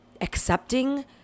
accepting